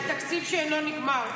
זה התקציב שאינו נגמר.